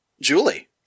Julie